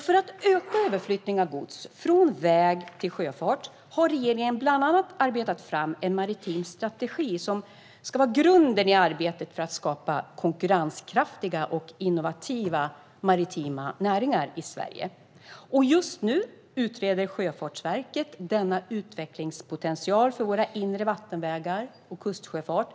För att öka överflyttning av gods från väg till sjöfart har regeringen bland annat arbetat fram en maritim strategi som ska vara grunden i arbetet för att skapa konkurrenskraftiga och innovativa maritima näringar i Sverige. Just nu utreder Sjöfartsverket denna utvecklingspotential för våra inre vattenvägar och vår kustsjöfart.